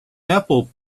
apple